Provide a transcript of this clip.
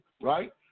right